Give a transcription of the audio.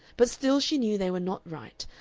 but still she knew they were not right,